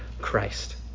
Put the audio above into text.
Christ